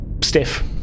stiff